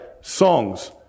songs